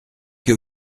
que